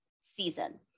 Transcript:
season